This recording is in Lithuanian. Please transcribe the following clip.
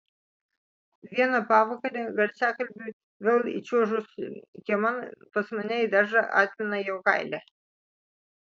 vieną pavakarę garsiakalbiui vėl įčiuožus kieman pas mane į daržą atmina jogailė